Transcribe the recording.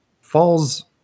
falls